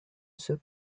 soup